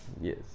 Yes